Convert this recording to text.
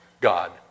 God